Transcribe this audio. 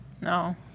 No